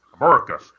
America